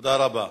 תודה רבה.